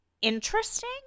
interesting